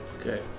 Okay